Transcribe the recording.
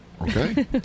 Okay